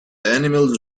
animals